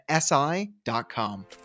SI.com